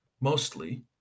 mostly